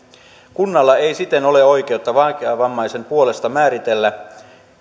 kunnalla ei siten ole oikeutta vaikeavammaisen puolesta määritellä